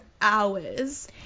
hours